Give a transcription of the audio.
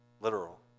literal